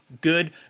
good